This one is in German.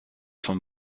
vom